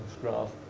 graph